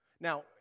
Now